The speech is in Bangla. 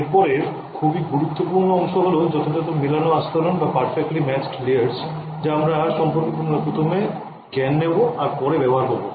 এরপরের খুবই গুরুত্বপূর্ণ অংশ হল যথাযত মেলানো আস্তরণ যা আমরা সম্পর্কে প্রথমে জ্ঞান নেব আর পরে ব্যবহার করবো